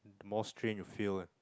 the more strain you feel